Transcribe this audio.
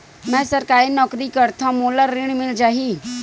मै सरकारी नौकरी करथव मोला ऋण मिल जाही?